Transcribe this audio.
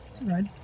right